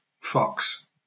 Fox